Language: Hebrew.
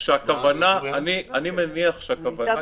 למיטב